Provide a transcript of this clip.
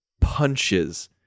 punches